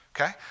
Okay